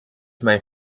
mijn